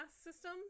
system